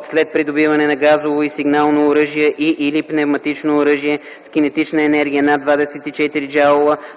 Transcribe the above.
след придобиване на газово и сигнално оръжие и/или пневматично оръжие с кинетична енергия над 24 джаула,